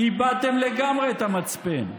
איבדתם לגמרי את המצפן.